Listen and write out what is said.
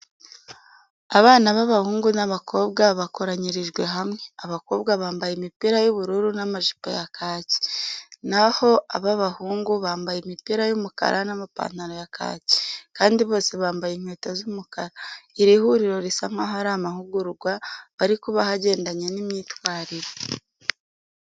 Abana b'abahungu n'abakobwa bakoranyirijwe hamwe, abakobwa bambaye imipira y'ubururu n'amajipo ya kaki, na ho ab'abahungu bambaye imipira y'umukara n'amapantaro ya kaki kandi bose bambaye inkweto z'umukara. Iri huriro risa nkaho ari amahugurwa bari kubaha agendanye n'imyitwarire.